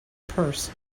purse